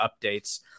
updates